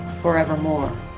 forevermore